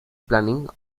planning